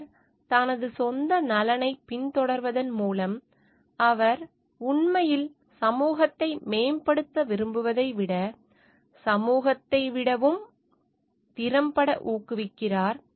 அவர் தனது சொந்த நலனைப் பின்தொடர்வதன் மூலம் அவர் உண்மையில் சமூகத்தை மேம்படுத்த விரும்புவதை விட சமூகத்தை மிகவும் திறம்பட ஊக்குவிக்கிறார்